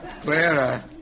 Clara